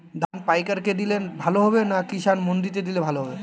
ধান পাইকার কে দিলে ভালো হবে না কিষান মন্ডিতে দিলে ভালো হবে?